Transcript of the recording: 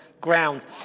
ground